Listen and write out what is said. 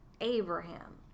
Abraham